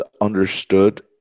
understood